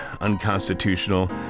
unconstitutional